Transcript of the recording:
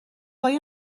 های